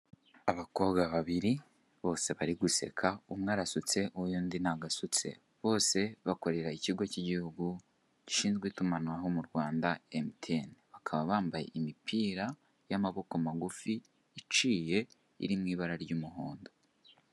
Abakobwa babiri bose bariguseka umwe arasutse undi ntabwo asutse, bose bakorera ikigo k'igihugu gishinzwe itumanaho mu Rwanda emutiyeni. Bakaba bambaye imipira y'amaboko magufi, iciye iri mu ibara ry'umuhondo.